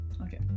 Okay